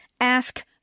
Ask